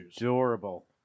adorable